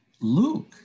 Luke